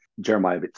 Jeremiah